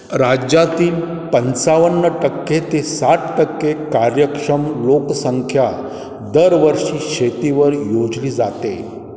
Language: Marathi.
राज्यातील पंचावन्न टक्के ते साठ टक्के कार्यक्षम लोकसंख्या दरवर्षी शेतीवर योजली जाते